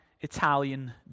Italian